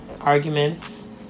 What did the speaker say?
arguments